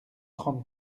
trente